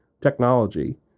technology